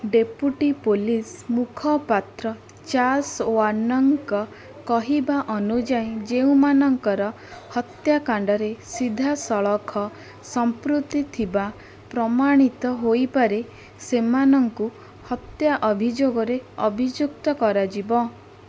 deputy police ମୁଖପାତ୍ର Charles ୱାନଙ୍କ କହିବା ଅନୁଯାୟୀ ଯେଉଁମାନଙ୍କର ହତ୍ୟାକାଣ୍ଡରେ ସିଧାସଳଖ ସମ୍ପୃତି ଥିବା ପ୍ରମାଣିତ ହୋଇପାରେ ସେମାନଙ୍କୁ ହତ୍ୟା ଅଭିଯୋଗରେ ଅଭିଯୁକ୍ତ କରାଯିବ